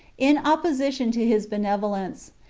in opposition to his benevolence,